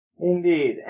Indeed